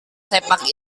sepak